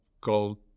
called